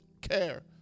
care